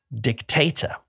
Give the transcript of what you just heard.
dictator